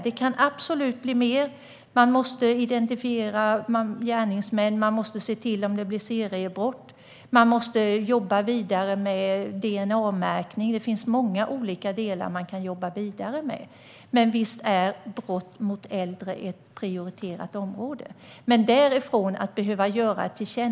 Det kan absolut bli mer: Man måste identifiera gärningsmän, man måste se om det blir seriebrott och man måste jobba vidare med DNA-märkning. Det finns många olika delar man kan jobba vidare med. Brott mot äldre är ett prioriterat område och ett arbete pågår alltså.